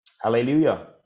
hallelujah